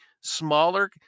smaller